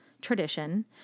tradition